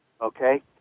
Okay